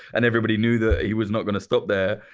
and everybody knew that he was not going to stop there.